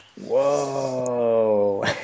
Whoa